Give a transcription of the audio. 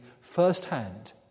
firsthand